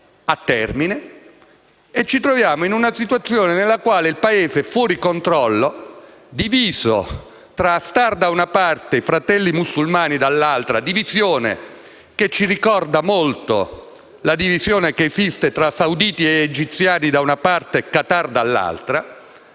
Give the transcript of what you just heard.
a termine, e ci troviamo in una situazione nella quale il Paese è fuori controllo, diviso tra Haftar da una parte e Fratelli musulmani dall'altra. Tale divisione ci ricorda molto quella che esiste tra sauditi ed egiziani da una parte e Qatar dall'altra,